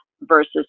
versus